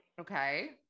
Okay